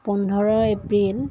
পোন্ধৰ এপ্ৰিল